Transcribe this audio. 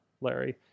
larry